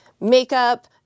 makeup